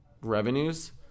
revenues